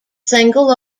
single